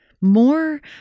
more